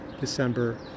December